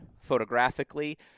photographically